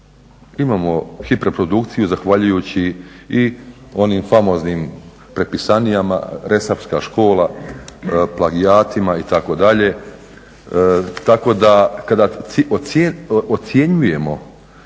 Imamo hiperprodukciju zahvaljujući i onim famoznim prepisanijama, … škola, plagijatima itd., tako da kada ocjenjujemo